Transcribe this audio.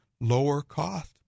lower-cost